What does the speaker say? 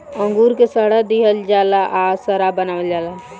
अंगूर के सड़ा दिहल जाला आ शराब बनावल जाला